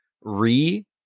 Re